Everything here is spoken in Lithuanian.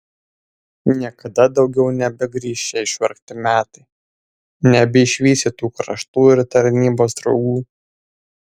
niekada daugiau nebegrįš šie išvargti metai nebeišvysi tų kraštų ir tarnybos draugų